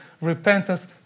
repentance